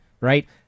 right